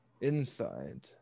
inside